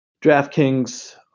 DraftKings